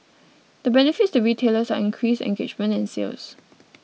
the benefits to retailers are increased engagement and sales